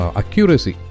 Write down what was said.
accuracy